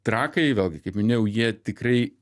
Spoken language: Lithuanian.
trakai vėlgi kaip minėjau jie tikrai